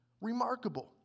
remarkable